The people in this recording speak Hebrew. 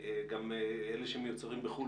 אלה שמיוצרים בחו"ל,